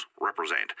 represent